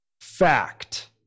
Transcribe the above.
Fact